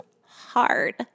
hard